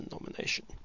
nomination